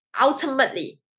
ultimately